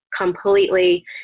completely